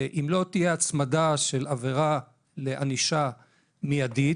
אם לא תהיה הצמדה של עבירה לענישה מיידית,